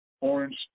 Orange